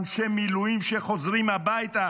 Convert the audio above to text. אנשי מילואים שחוזרים הביתה